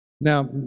Now